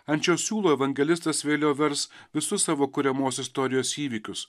ant šio siūlo evangelistas vėliau vers visus savo kuriamos istorijos įvykius